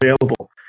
available